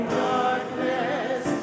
darkness